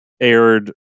aired